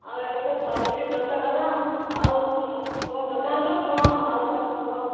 ଆଉ ଏବେ ତ ସାବିତ୍ରୀ ବ୍ରତ ଗଲା ଆଉ ତମ ଦୋକାନର କ'ଣ ହାଲ୍ଚାଲ୍ କୁହ